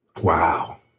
Wow